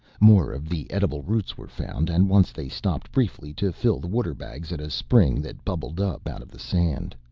more of the edible roots were found, and once they stopped briefly to fill the water bags at a spring that bubbled up out of the sand.